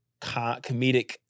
Comedic